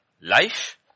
life